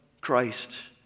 Christ